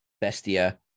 bestia